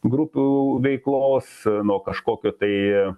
grupių veiklos nuo kažkokio tai